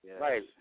Right